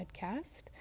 podcast